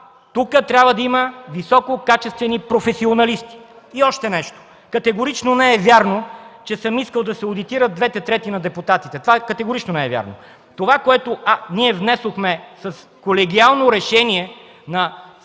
тук трябва да има висококачествени професионалисти. Още нещо. Категорично не е вярно, че съм искал да се одитират двете трети от депутатите. Това категорично не е вярно! (Реплики от ДПС.) Само това, което ние внесохме с колегиално решение на